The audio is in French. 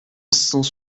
cent